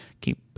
keep